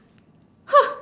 !huh!